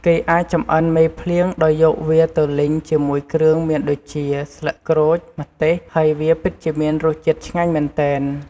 គេអាចចម្អិនមេភ្លៀងដោយយកវាទៅលីងជាមួយគ្រឿងមានដូចជា ស្លឹកក្រូច ម្ទេស ហើយវាពិតជាមានរសជាតិឆ្ងាញ់មែនទែន។